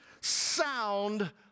sound